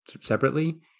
separately